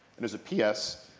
and there's a p s.